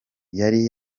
yari